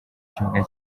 kibuga